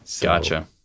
gotcha